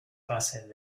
fases